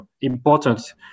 important